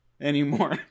anymore